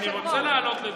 אני רוצה לעלות לדבר,